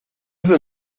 veux